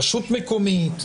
רשות מקומית,